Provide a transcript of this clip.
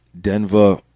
Denver